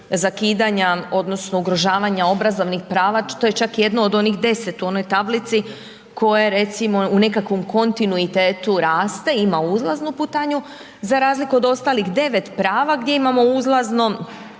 zakidanja, odnosno, ugrožavanja obrazovnih prava, to je čak jedno od onih 10 u onoj tablici, koje recimo u nekom kontinuitetu rate, ima uzlaznu putanju, za razliku od ostalih 9 prava, gdje imamo ulazno